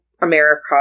America